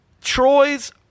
Troy's